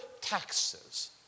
taxes